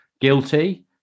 guilty